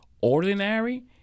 ordinary